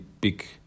big